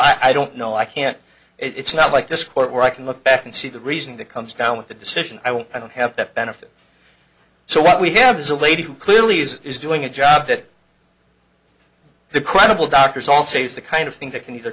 so i don't know i can't it's not like this court where i can look back and see the reason that comes down with the decision i want i don't have that benefit so what we have is a lady who clearly is doing a job that the credible doctors also use the kind of thing that can eithe